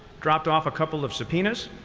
dropped off a couple of subpoenas,